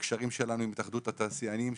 בקשרים שלנו עם התאחדות התעשיינים.